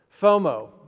FOMO